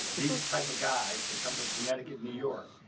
these type of guys that come from connecticut, new york.